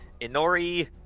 Inori